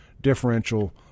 differential